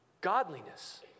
Godliness